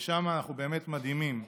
ושם אנחנו באמת מדהימים,